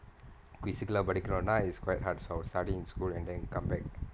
quizzical lah படிகனுன்னா:padikanunnaa is quite hard so I will study in school and then come back